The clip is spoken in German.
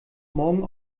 morgen